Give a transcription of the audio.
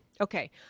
Okay